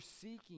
seeking